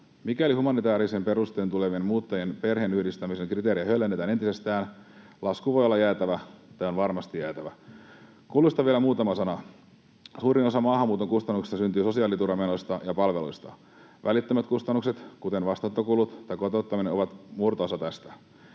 Mikäli humanitäärisin perustein tulevien muuttajien perheenyhdistämisen kriteerejä höllennetään entisestään, lasku voi olla jäätävä, tai on varmasti jäätävä. Kuluista vielä muutama sana. Suurin osa maahanmuuton kustannuksista syntyy sosiaaliturvamenoista ja -palveluista. Välittömät kustannukset, kuten vastaanottokulut tai kotouttaminen, ovat murto-osa tästä.